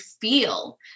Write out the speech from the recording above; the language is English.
feel